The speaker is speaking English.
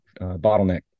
bottleneck